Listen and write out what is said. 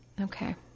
Okay